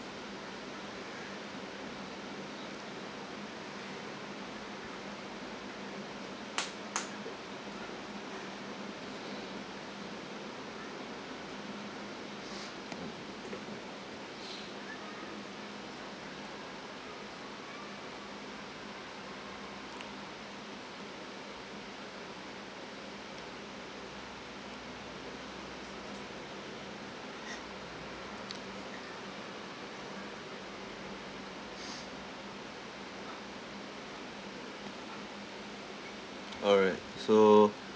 alright so